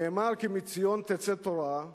נאמר "כי מציון תצא תורה"